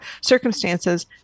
circumstances